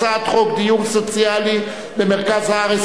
הצעת חוק דיור סוציאלי במרכז הארץ,